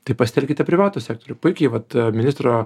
tai pasitelkite privatų sektorių puikiai vat ministro